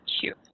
cute